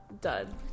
done